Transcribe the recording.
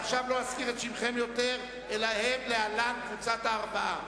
מעכשיו לא אזכיר את שמכם יותר ואתם להלן קבוצת הארבעה.